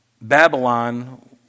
Babylon